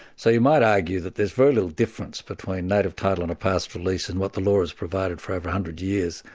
so you might argue that there's very little difference between native title on a pastoral lease and what the law has provided for over one hundred years,